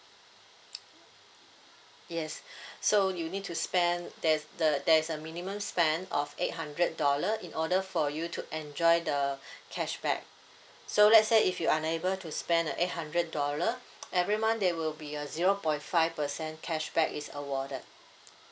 yes so you need to spend there's the there's a minimum spend of eight hundred dollar in order for you to enjoy the cashback so let's say if you're unable to spend a eight hundred dollar every month there will be a zero point five percent cashback is awarded